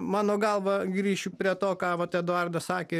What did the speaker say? mano galva grįšiu prie to ką vat eduardas sakė